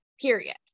period